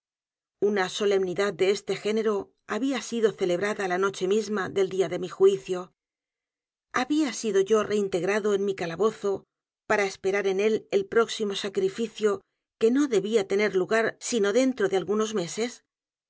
una solemnidad de este género había sido celebrada la noche misma del día de mi juicio había yo sido reintegrado en mi calabozo para esperar en él el próximo sacrificio que no debía tener lugar sino dentro de algunos meses